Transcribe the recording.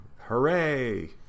Hooray